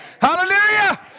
Hallelujah